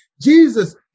Jesus